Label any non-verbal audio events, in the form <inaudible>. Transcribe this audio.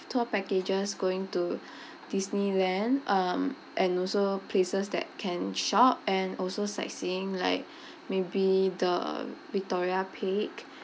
tour packages going to <breath> Disneyland um and also places that can shop and also sightseeing like <breath> maybe the victoria peak